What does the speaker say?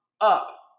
up